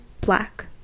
black